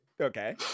Okay